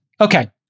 Okay